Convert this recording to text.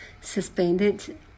suspended